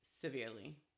severely